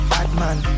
Batman